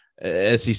SEC